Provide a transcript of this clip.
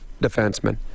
defenseman